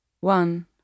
one